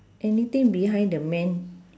anything behind the man